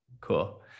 Cool